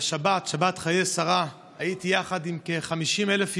השבת, שבת חיי שרה, הייתי יחד עם כ-50,000 יהודים,